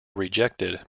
rejected